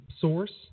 source